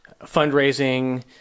fundraising